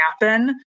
happen